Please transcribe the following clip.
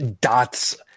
dots